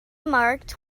marked